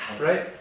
Right